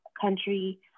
country